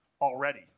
Already